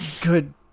good